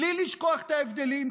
בלי לשכוח את ההבדלים,